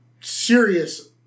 Serious